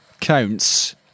counts